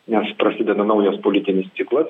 nes prasideda naujas politinis ciklas